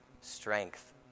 strength